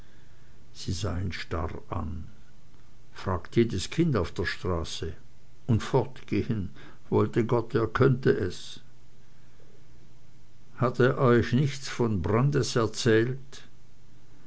sie sah ihn starr an fragt jedes kind auf der straße und fortgehen wollte gott er könnt es hat er euch nichts von brandis erzählt